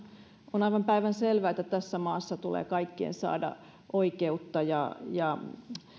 on aivan päivänselvä että tässä maassa tulee kaikkien saada oikeutta